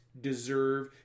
deserve